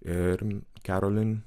ir kerolin